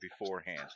beforehand